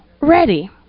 ready